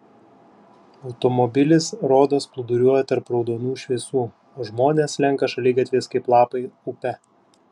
automobilis rodos plūduriuoja tarp raudonų šviesų o žmonės slenka šaligatviais kaip lapai upe